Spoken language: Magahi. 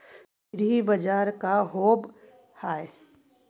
एग्रीबाजार का होव हइ?